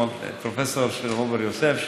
פרופ' שלמה מור-יוסף,